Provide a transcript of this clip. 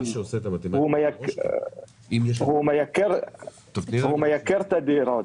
מייקר את הדירות.